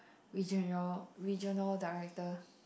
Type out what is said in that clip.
regional regional director